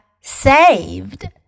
saved